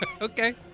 okay